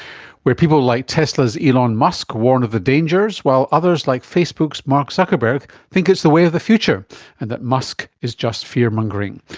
where people like tesla's elon musk warn of the dangers while others like facebook's mark zuckerberg think it's the way of the future and that musk is just fear-mongering.